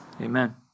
Amen